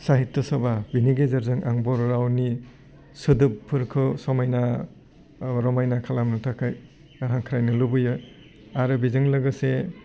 साहित्य सभा बेनि गेजेरजों आं बर' रावनि सोदोबफोरखौ समाइना रमाइना खालामनो थाखाय आं हांख्रायनो लुबैयो आरो बेजों लोगोसे